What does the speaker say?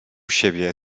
siebie